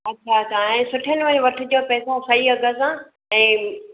अच्छा त हाणे सुठे नमुने वठजो पैसा सही अघ सां ऐं